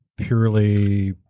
purely